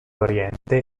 oriente